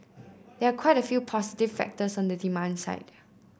there are quite a few positive factors on the demand side